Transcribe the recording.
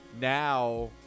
Now